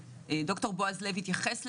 ד"ר בועז לב התייחס לזה,